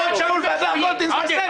אורון שאול והדר גולדין זה בסדר,